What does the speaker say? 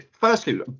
Firstly